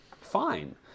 fine